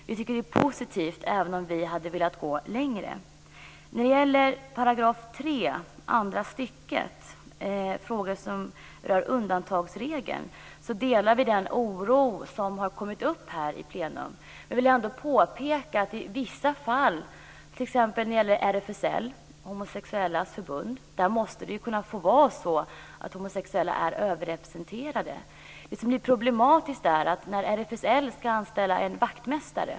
Vi tycker att det är positivt, även om vi hade velat gå längre. Sedan har vi 3 § andra stycket, frågor som rör undantagsregeln. Vi delar den oro som har framkommit i plenum. Jag vill påpeka att i vissa fall, t.ex. RFSL, de homosexuellas förbund, måste homosexuella kunna vara överrepresenterade. Det problematiska uppstår när RFSL skall anställa t.ex. en vaktmästare.